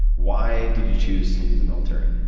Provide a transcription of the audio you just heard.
why did you choose to leave the military?